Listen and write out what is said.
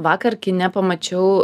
vakar kine pamačiau